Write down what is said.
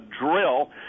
drill